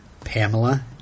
Pamela